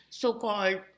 so-called